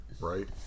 Right